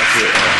מה זה?